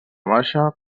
baixa